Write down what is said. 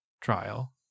trial